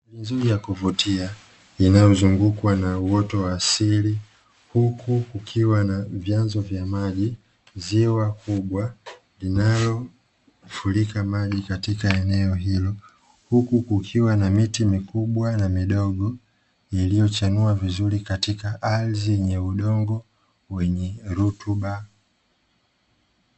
Mandhari nzuri ya kuvutia inayozungukwa na uoto wa asili, huku kukiwa na vyanzo vya maji, ziwa kubwa linalofurika maji katika eneo hilo. Huku kukiwa na miti mikubwa na midogo iliyochanua vizuri katika ardhi yenye udongo wenye rutuba.